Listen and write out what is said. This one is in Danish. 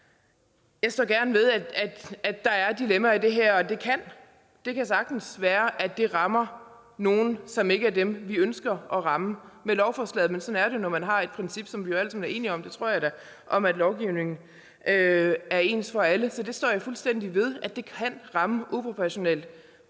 Jeg står gerne ved, at der er dilemmaer i det her, og det kan sagtens være, at det rammer nogle, som ikke er dem, vi ønsker at ramme med lovforslaget. Men sådan er det jo, når man har et princip, som vi jo alle sammen er enige om – det tror jeg da – om, at lovgivningen er ens for alle. Så jeg står fuldstændig ved, at det kan ramme uproportionalt.